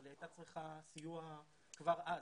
אבל היא הייתה צריכה סיוע כבר אז,